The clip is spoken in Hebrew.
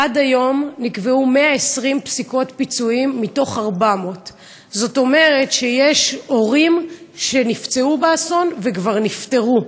עד היום נקבעו 120 פסיקות פיצויים מתוך 400. זאת אומרת שיש הורים שנפצעו באסון וכבר נפטרו,